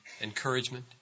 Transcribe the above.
encouragement